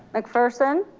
mcpherson?